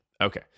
Okay